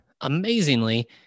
amazingly